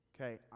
Okay